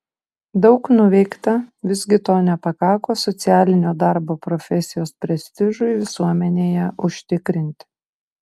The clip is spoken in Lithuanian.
daug nuveikta visgi to nepakako socialinio darbo profesijos prestižui visuomenėje užtikrinti